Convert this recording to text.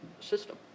system